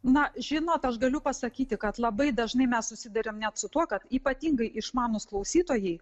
na žinot aš galiu pasakyti kad labai dažnai mes susidariam net su tuo kad ypatingai išmanūs klausytojai